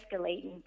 escalating